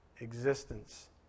existence